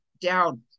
down